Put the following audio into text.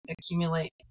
accumulate